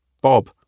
Bob